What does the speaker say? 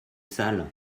sale